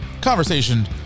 conversation